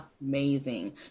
amazing